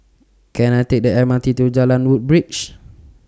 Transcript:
Can I Take The M R T to Jalan Woodbridge